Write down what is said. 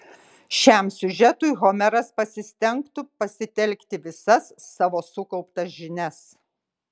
šiam siužetui homeras pasistengtų pasitelkti visas savo sukauptas žinias